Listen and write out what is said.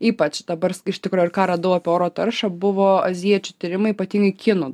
ypač dabars iš tikro ir ką radau apie oro taršą buvo azijiečių tyrimai ypatingai kinų